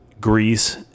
greece